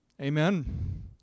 Amen